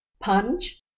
Punch